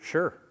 Sure